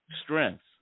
strengths